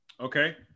Okay